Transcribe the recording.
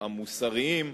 המוסריים,